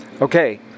Okay